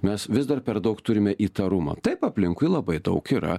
mes vis dar per daug turime įtarumo taip aplinkui labai daug yra